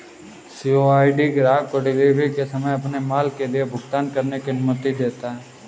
COD ग्राहक को delivery के समय अपने माल के लिए भुगतान करने की अनुमति देता है